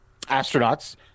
astronauts